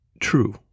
true